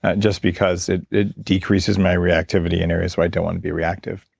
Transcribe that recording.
ah just because it it decreases my reactivity in areas where i don't want to be reactive.